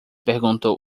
perguntou